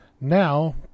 Now